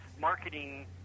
marketing